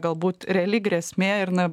galbūt reali grėsmė ir na